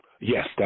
Yes